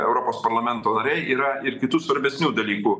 europos parlamento nariai yra ir kitų svarbesnių dalykų